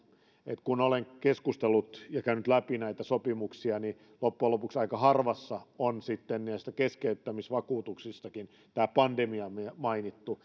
kun olen keskustellut ja käynyt läpi näitä sopimuksia niin loppujen lopuksi aika harvassa on sitten näistä keskeyttämisvakuutuksistakin tämä pandemia mainittu